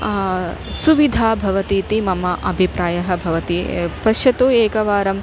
सुविधा भवतीति मम अभिप्रायः भवति पश्यतु एकवारं